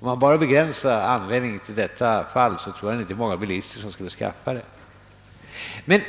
Om man begränsar användningen till bara dessa fall, så tror jag inte att det är många bilister som skulle skaffa trianglarna. Men